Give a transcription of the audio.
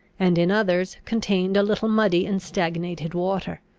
and in others contained a little muddy and stagnated water.